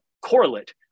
correlate